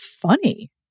funny